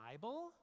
Bible